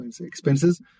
expenses